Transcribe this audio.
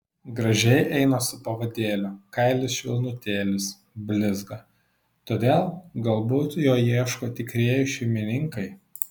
gražiai eina su pavadėliu kailis švelnutėlis blizga todėl galbūt jo ieško tikrieji šeimininkai